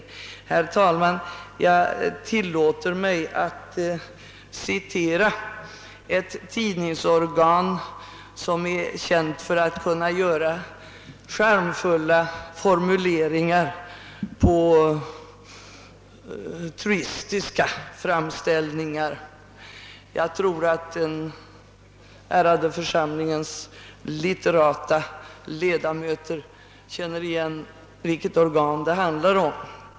Herr talman! Jag tillåter mig att citera ett tidningsorgan, som är känt för att kunna göra charmfulla formuleringar på truistiska framställningar. Jag tror att den ärade församlingens litterata ledamöter känner igen vilket organ det handlar om.